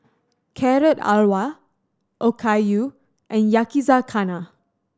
Carrot Halwa Okayu and Yakizakana